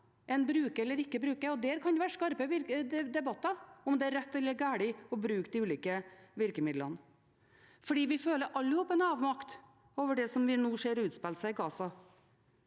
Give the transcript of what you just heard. en bruker eller ikke bruker. Der kan det være skarpe debatter om hvorvidt det er rett eller galt å bruke de ulike virkemidlene. Vi føler alle sammen en avmakt over det vi nå ser utspille seg i Gaza.